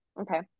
Okay